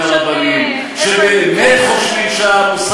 הרבניים במשרד המשפטים: הזנחה מוחלטת,